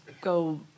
go